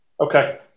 okay